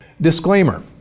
Disclaimer